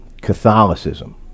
Catholicism